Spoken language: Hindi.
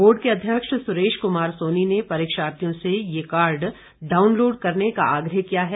बोर्ड के अध्यक्ष सुरेश कुमार सोनी ने परीक्षार्थियों से ये कार्ड डाउनलोड करने का आग्रह किया है